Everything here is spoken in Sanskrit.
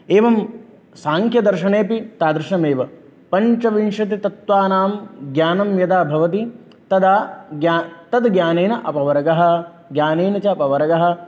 एवं साङ्ख्यदर्शनेऽपि तादृशमेव पञ्चविंशतितत्त्वानां ज्ञानं यदा भवति तदा ज्ञा तद् ज्ञानेन अपवर्गः ज्ञानेन च अपवर्गः